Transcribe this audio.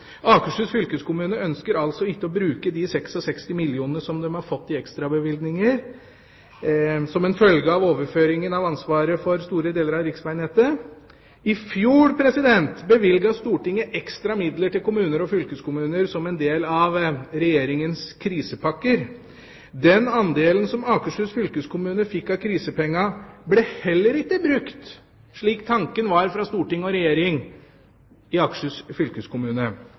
Akershus fylkeskommune ønsker altså ikke å bruke de 66 mill. kr som de har fått i ekstrabevilgninger som følge av overføring av ansvaret for store deler av riksvegnettet. I fjor bevilget Stortinget ekstra midler til kommuner og fylkeskommuner som en del av Regjeringas krisepakker. Den andelen som Akershus fylkeskommune fikk av krisepengene, ble heller ikke brukt slik tanken var fra storting og regjering, i Akershus fylkeskommune.